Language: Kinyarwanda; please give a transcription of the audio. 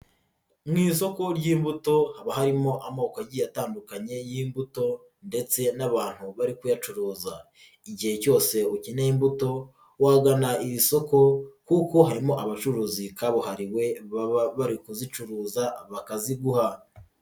Mu isoko ry'imbuto haba harimo amoko agiye atandukanye y'imbuto ndetse n'abantu bari kuyacuruza, igihe cyose ukeneye imbuto wagana iri soko kuko harimo abacuruzi kabuhariwe baba bari kuzicuruza bakaziguha.